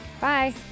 Bye